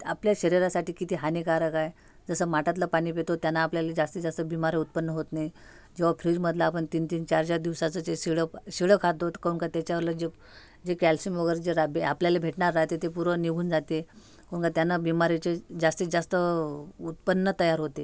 आपल्याच शरीरासाठी किती हानिकारक आहे जसं माठातलं पानी पितो त्यानं आपल्याला जास्तीत जास्त बीमारी उत्पन्न होत नाही जेव्हा फ्रीजमधलं आपण तीन तीन चार चार दिवसाचं ते शिळं शिळं खात होतो काहून का ते त्याच्यावरलं जे जे कॅल्शियम वगैरे जे राब्बे आपल्याले भेटनार आहे ते पुरं निघून जाते मगं त्यांना बीमारीचे जास्तीत जास्त उत्पन्न तयार होते